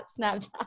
Snapchat